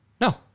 No